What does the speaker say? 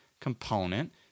component